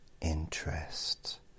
interest